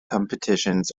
competitions